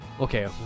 okay